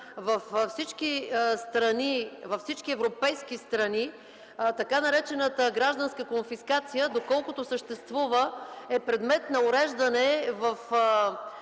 във всички европейски страни така наречената гражданска конфискация, доколкото съществува, е предмет на уреждане в